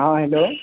हॅं हेलो